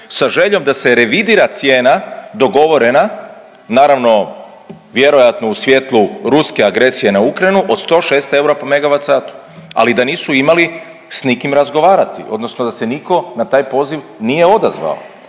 sa željom da se revidira cijena dogovorena naravno vjerojatno u svjetlu ruske agresije na Ukrajinu od 106 eura po Megavatsatu, ali da nisu imali sa nikim razgovarati, odnosno da se nitko na taj poziv nije odazvao.